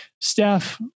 Steph